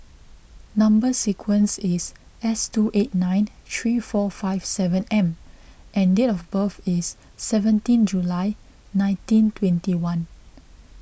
Number Sequence is S two eight nine three four five seven M and date of birth is seventeen July nineteen twenty one